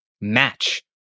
match